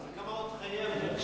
הוא לא אמר כמה הוא התחייב לגשמים.